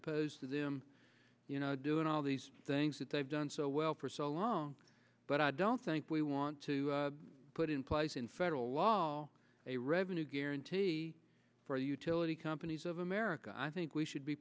opposed to them doing all these things that they've done so well for so long but i don't think we want to put in place in federal law all a revenue guarantee for the utility companies of america i think we should be